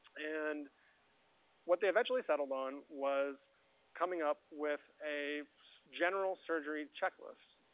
and what they eventually settled on was coming up with a general surgery checklist.